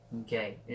Okay